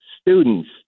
students